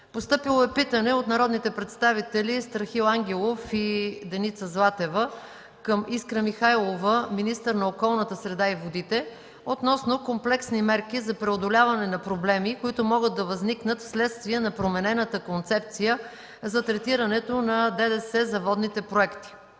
на 26 юли 2013 г.; - народните представители Страхил Ангелов и Деница Златева към Искра Михайлова – министър на околната среда и водите, относно комплексни мерки за преодоляване на проблеми, които могат да възникнат вследствие на променената концепция за третирането на ДДС за водните проекти.